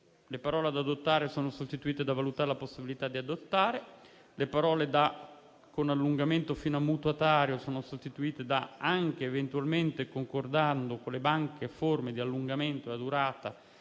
le parole «ad adottare» sono sostituite dalle seguenti: «a valutare la possibilità di adottare»; le parole da «con allungamento» fino a «mutuatario» sono sostituite da: «anche eventualmente concordando con le banche forme di allungamento della durata